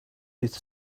with